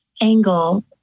angle